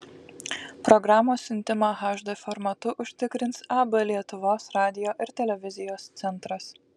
programos siuntimą hd formatu užtikrins ab lietuvos radijo ir televizijos centras